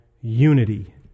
unity